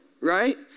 Right